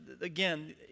again